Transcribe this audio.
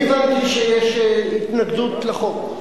אני הבנתי שיש התנגדות לחוק.